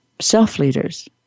self-leaders